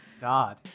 God